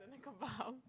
bump